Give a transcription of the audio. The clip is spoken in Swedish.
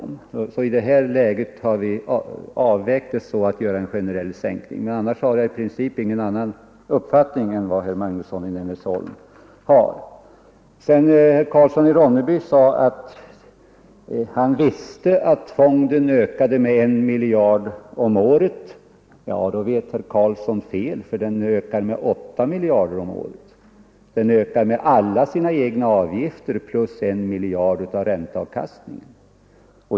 Men annars har jag som sagt i princip ingen annan uppfattning än vad herr Magnusson i Nennesholm har. Herr Karlsson i Ronneby sade att han visste att fonden ökade med 1 miljard om året. Ja, då vet herr Karlsson fel, för den ökar med 8 miljarder om året. Den ökar med alla sina egna avgifter plus 1 miljard av ränteavkastningen.